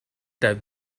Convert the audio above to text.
that